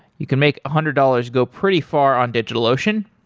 you can make a hundred dollars go pretty far on digitalocean.